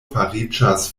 fariĝas